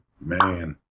Man